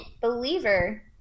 believer